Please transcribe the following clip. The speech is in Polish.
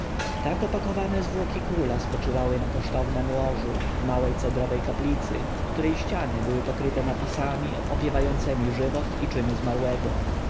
tak opakowane zwłoki króla spoczywały na kosztownem łożu w małej cedrowej kaplicy której ściany były pokryte napisami opiewającemi żywot i czyny zmarłego